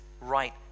right